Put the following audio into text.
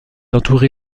entouré